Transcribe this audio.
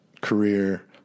career